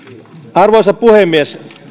arvoisa puhemies